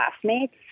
classmates